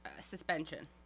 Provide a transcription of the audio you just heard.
suspension